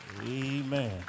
Amen